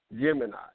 Gemini